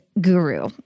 guru